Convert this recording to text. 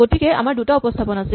গতিকে আমাৰ দুটা উপস্হাপন আছিল